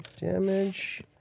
damage